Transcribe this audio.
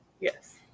Yes